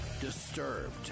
Disturbed